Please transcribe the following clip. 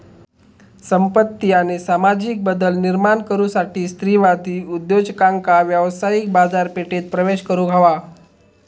संपत्ती आणि सामाजिक बदल निर्माण करुसाठी स्त्रीवादी उद्योजकांका व्यावसायिक बाजारपेठेत प्रवेश करुक हवा